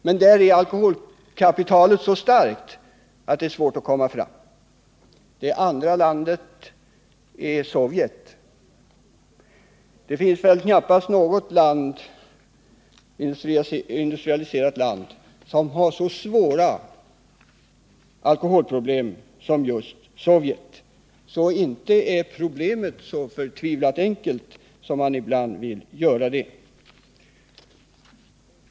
Men där är alkoholkapitalet så starkt att det är svårt att komma fram. Det andra landet är Sovjet. Det finns väl knappast något industrialiserat land som har så svåra alkoholproblem som just Sovjet. Problemet är alltså inte så förtvivlat enkelt som man ibland vill göra det.